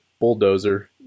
bulldozer